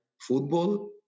football